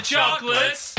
chocolates